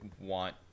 want